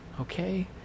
okay